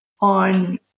on